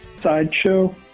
sideshow